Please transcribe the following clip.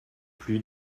plus